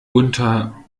unter